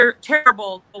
terrible